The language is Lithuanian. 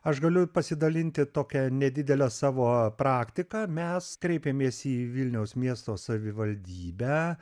aš galiu pasidalinti tokia nedidele savo praktika mes kreipėmės į vilniaus miesto savivaldybę